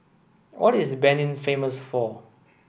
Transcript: what is Benin famous for